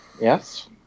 Yes